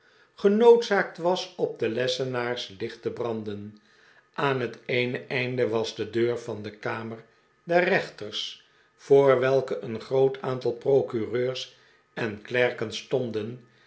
genoodzaakt was op de lessenaars licht te branden aan het eene einde was de deur van de kamer der rechters voor welke een groot aantal procureurs en klerken stonden